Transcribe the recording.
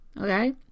Okay